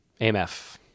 AMF